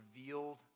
revealed